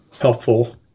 helpful